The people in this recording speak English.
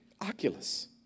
Oculus